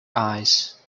eyes